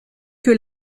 que